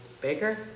Baker